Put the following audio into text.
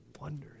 wonder